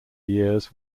years